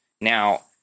Now